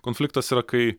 konfliktas yra kai